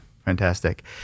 Fantastic